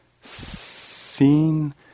seen